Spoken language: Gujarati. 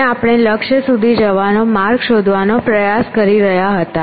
અને આપણે લક્ષ્ય સુધી જવાનો માર્ગ શોધવાનો પ્રયાસ કરી રહ્યા હતા